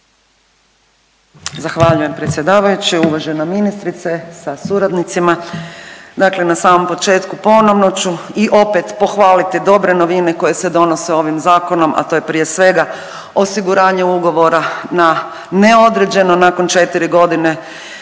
Zahvaljujem predsjedavajući. Uvažena ministrice sa suradnicima. Dakle, na samom početku ponovno ću i opet pohvaliti dobre novine koje se donose ovim zakonom, a to je prije svega osiguranje ugovora na neodređeno nakon četiri godine